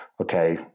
okay